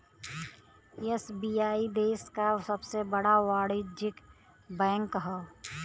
SBI देश क सबसे बड़ा वाणिज्यिक बैंक हौ